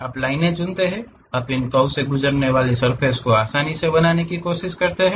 आप लाइनें चुनते हैं आप इन कर्व्स से गुजरने वाली सर्फ़ेस को आसानी से बनाने की कोशिश करते हैं